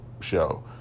show